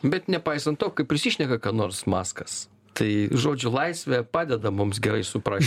bet nepaisant to kai prisišneka ką nors maskas tai žodžio laisvė padeda mums gerai suprast